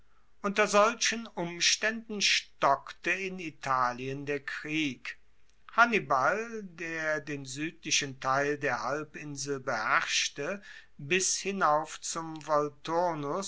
unter solchen umstaenden stockte in italien der krieg hannibal der den suedlichen teil der halbinsel beherrschte bis hinauf zum